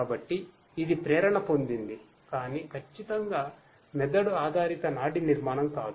కాబట్టి ఇది ప్రేరణ పొందింది కానీ ఖచ్చితంగా మెదడు ఆధారిత నాడీ నిర్మాణం కాదు